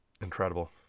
Incredible